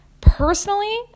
personally